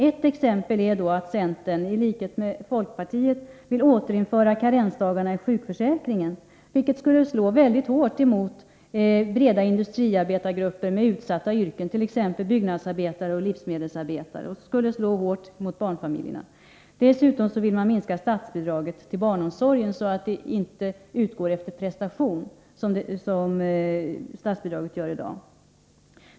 Ett exempel är att centern i likhet med folkpartiet vill återinföra karensdagarna i sjukförsäkringen, vilket skulle slå väldigt hårt mot breda industriarbetargrupper med utsatta yrken, t.ex. byggnadsarbetare och livsmedelsarbetare, och då särskilt mot barnfamiljerna. Dessutom vill man minska statsbidraget till barnomsorgen så att det inte utgår efter prestation som statsbidraget gör i dag.